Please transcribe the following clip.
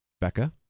Becca